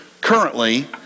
currently